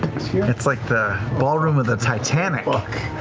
it's like the ballroom of the titanic. but